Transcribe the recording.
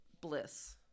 bliss